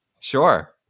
Sure